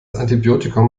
antibiotikum